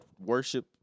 worship